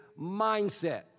mindset